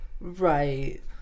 Right